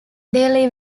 they